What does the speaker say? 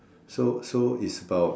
so so is about